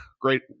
Great